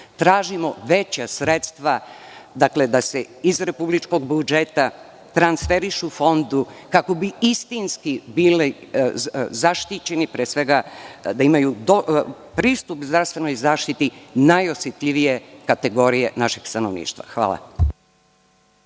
tražimo veća sredstva da se iz republičkog budžeta transferišu fondu, kako bi istinski bili zaštićeni, pre svega da imaju pristup zdravstvenoj zaštiti najosetljivije kategorije našeg stanovništva. Hvala.